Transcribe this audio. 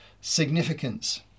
significance